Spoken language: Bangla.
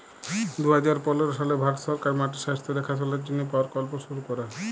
দু হাজার পলের সালে ভারত সরকার মাটির স্বাস্থ্য দ্যাখাশলার জ্যনহে পরকল্প শুরু ক্যরে